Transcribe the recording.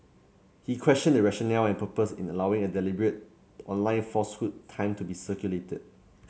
he questioned the rationale and purpose in allowing a deliberate online falsehood time to be circulated